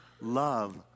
Love